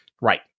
right